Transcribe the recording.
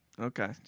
Okay